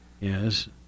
Yes